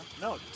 No